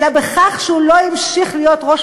אלא בכך שהוא לא המשיך להיות ראש